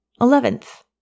Eleventh